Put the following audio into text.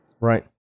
Right